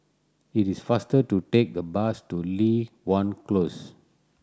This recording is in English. it is faster to take the bus to Li Hwan Close